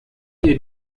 ihr